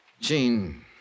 Jean